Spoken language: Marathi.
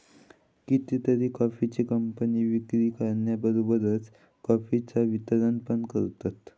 कितीतरी कॉफीचे कंपने विक्री करण्याबरोबरच कॉफीचा वितरण पण करतत